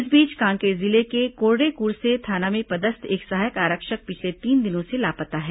इस बीच कांकेर जिले के कोड़ेक्से थाना में पदस्थ एक सहायक आरक्षक पिछले तीन दिनों से लापता है